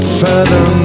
further